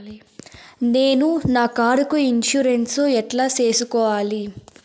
నేను నా కారుకు ఇన్సూరెన్సు ఎట్లా సేసుకోవాలి